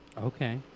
okay